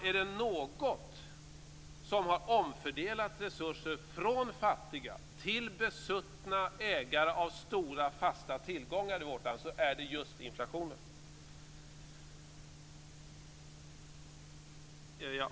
Är det något som har omfördelat resurser från fattiga till besuttna ägare av stora fasta tillgångar i vårt land så är det just inflationen.